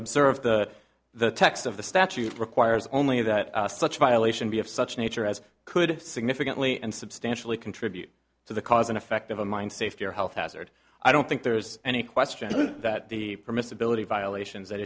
observe that the text of the statute requires only that such violation be of such nature as could significantly and substantially contribute to the cause and effect of a mine safety or health hazard i don't think there's any question that the permissibility violations